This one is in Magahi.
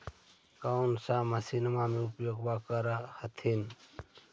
कौन सा मसिन्मा मे उपयोग्बा कर हखिन?